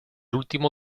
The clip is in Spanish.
último